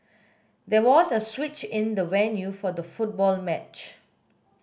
there was a switch in the venue for the football match